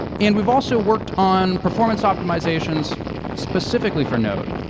and we've also worked on performance optimizations specifically for node.